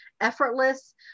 effortless